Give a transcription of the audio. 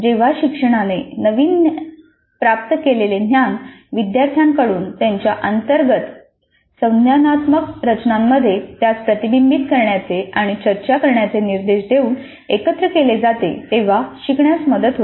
जेव्हा शिक्षणाने नवीन प्राप्त केलेले ज्ञान विद्यार्थ्यांकडून त्यांच्या अंतर्गत संज्ञानात्मक रचनांमध्ये त्यास प्रतिबिंबित करण्याचे आणि चर्चा करण्याचे निर्देश देऊन एकत्र केले जाते तेव्हा शिकण्यास मदत होते